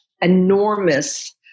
enormous